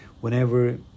whenever